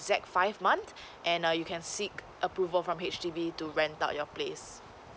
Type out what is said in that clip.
exact five month and err you can seek approval from H_D_B to rent out your place